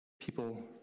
people